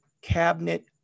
cabinet